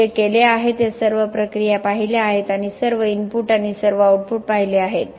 आपण जे केले आहे ते सर्व प्रक्रिया पाहिल्या आहेत आणि सर्व इनपुट आणि सर्व आउटपुट पाहिले आहेत